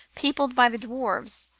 peopled by the dwarfs,